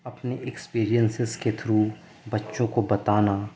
اپنے ایکسپیرئنسیز کے تھرو بچوں کو بتانا